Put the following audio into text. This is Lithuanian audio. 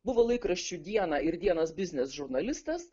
buvo laikraščių diena ir dienas biznis žurnalistas